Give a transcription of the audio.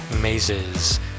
mazes